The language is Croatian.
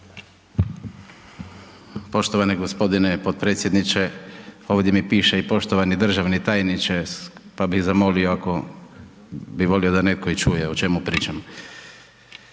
Poštovani g. potpredsjedniče, ovdje mi piše i poštovani državni tajniče pa zamolio ako bi volio da netko i čuje o čemu pričam.